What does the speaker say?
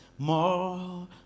More